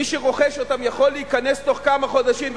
מי שרוכש אותן יכול להיכנס בתוך כמה חודשים,